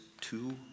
two